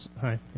Hi